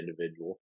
individual